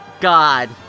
God